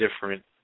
different